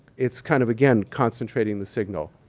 it's kind of again, concentrating the signal.